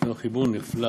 ישנו חיבור נפלא